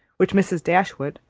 which mrs. dashwood,